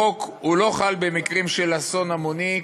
החוק לא חל במקרים של אסון המוני,